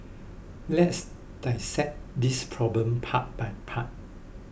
let's dissect this problem part by part